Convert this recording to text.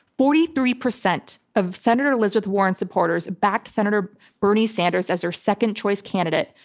forty three percent of senator elizabeth warren supporters backed senator bernie sanders as their second choice candidate,